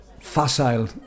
facile